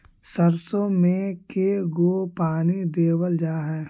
सरसों में के गो पानी देबल जा है?